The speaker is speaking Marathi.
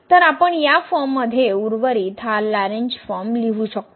तर आपण या फॉर्ममध्ये उर्वरित हा लॅरेंज फॉर्म लिहू शकतो